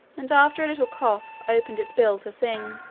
and after a little cough opened its bill to sing.